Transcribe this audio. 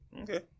Okay